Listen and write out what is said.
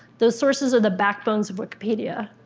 those sources are the backbones of wikipedia.